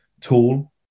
tool